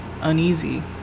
uneasy